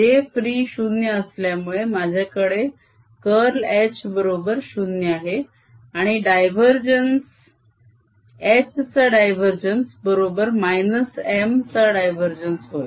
j free 0 असल्यामुळे माझ्याकडे curl H बरोबर 0 आहे आणि H चा डायवरजेन्स बरोबर - M चा डायवरजेन्स होय